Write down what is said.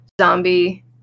zombie